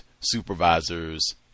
supervisors